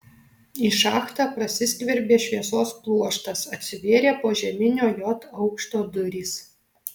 į šachtą prasiskverbė šviesos pluoštas atsivėrė požeminio j aukšto durys